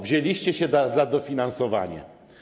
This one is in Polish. Wzięliście się za dofinansowanie.